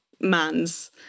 man's